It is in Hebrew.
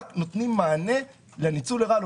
רק נותנים מענה לניצול רעה,